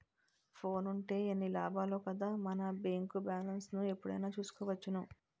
ఫోనుంటే ఎన్ని లాభాలో కదా మన బేంకు బాలెస్ను ఎప్పుడైనా చూసుకోవచ్చును